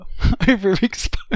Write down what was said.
overexposed